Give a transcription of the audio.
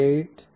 8 1